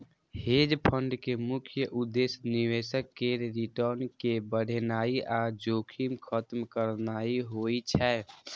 hedge fund के मुख्य उद्देश्य निवेशक केर रिटर्न कें बढ़ेनाइ आ जोखिम खत्म करनाइ होइ छै